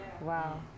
Wow